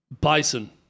Bison